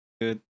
Good